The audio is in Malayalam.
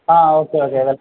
ആ ഓക്കെ ഓക്കെ വെൽ